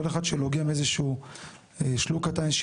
כל אחד שלוגם איזשהו שלוק קטן,